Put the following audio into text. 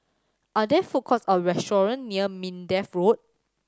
are there food courts or restaurants near Minden Road